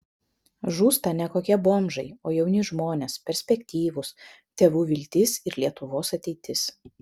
žūsta ne kokie bomžai o jauni žmonės perspektyvūs tėvų viltis ir lietuvos ateitis